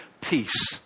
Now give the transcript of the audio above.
peace